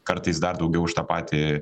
kartais dar daugiau už tą patį